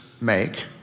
make